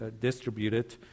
distributed